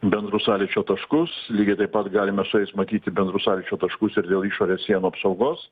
bendrus sąlyčio taškus lygiai taip pat galime su jais matyti bendrus sąlyčio taškus ir dėl išorės sienų apsaugos